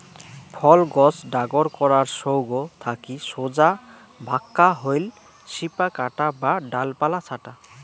ফল গছ ডাগর করার সৌগ থাকি সোজা ভাক্কা হইল শিপা কাটা বা ডালপালা ছাঁটা